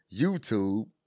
YouTube